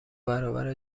برابر